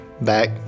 back